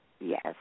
Yes